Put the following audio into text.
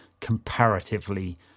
comparatively